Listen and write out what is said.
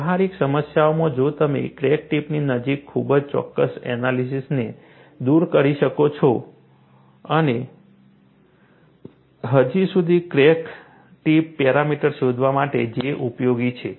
વ્યવહારિક સમસ્યાઓમાં જો તમે ક્રેક ટિપની નજીક ખૂબ જ ચોક્કસ એનાલિસીસને દૂર કરી શકો છો અને હજી સુધી ક્રેક ટીપ પેરામીટર્સ શોધવા માટે J ઉપયોગી છે